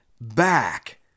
back